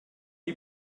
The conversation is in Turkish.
iyi